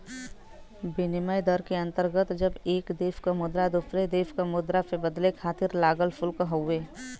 विनिमय दर के अंतर्गत जब एक देश क मुद्रा दूसरे देश क मुद्रा से बदले खातिर लागल शुल्क हउवे